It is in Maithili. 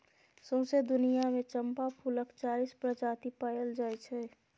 सौंसे दुनियाँ मे चंपा फुलक चालीस प्रजाति पाएल जाइ छै